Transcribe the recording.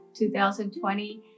2020